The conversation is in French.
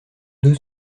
deux